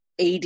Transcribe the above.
AD